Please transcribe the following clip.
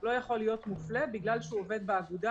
לא יכול להיות מופלה בגלל שהוא עובד באגודה.